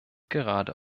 gerade